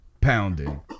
pounding